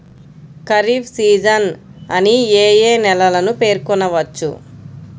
Kharif season అని ఏ ఏ నెలలను పేర్కొనవచ్చు?